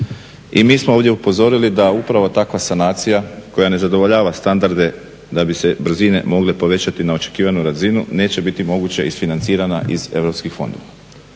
I mi smo ovdje upozorili da upravo takva sanacija koja ne zadovoljava standarde da bi se brzine mogle povećati na očekivanu razinu neće biti moguće isfinancirana iz europskih fondova.